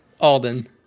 Alden